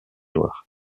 noires